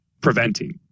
preventing